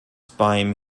beim